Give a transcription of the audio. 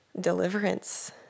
deliverance